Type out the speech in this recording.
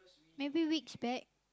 maybe which bag